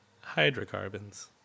Hydrocarbons